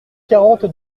quarante